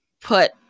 put